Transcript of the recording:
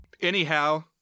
Anyhow